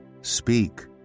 Speak